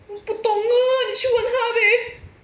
我不懂哦你去问他呗